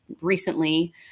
recently